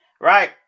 Right